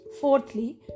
Fourthly